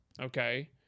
Okay